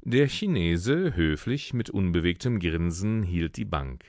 der chinese höflich mit unbewegtem grinsen hielt die bank